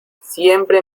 siempre